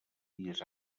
dies